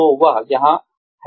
तो वह वहाँ है